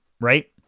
right